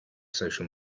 social